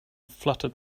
fluttered